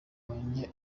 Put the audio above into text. wanjye